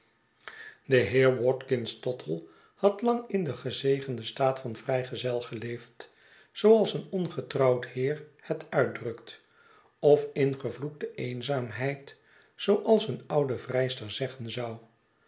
de heer watkins tottle had lang in den gezegenden staat van vrijgezel geleefd zooals een ongetrouwd heer het uitdrukt of in gevloekte eenzaamheid zooals een oude vrijster zeggen zou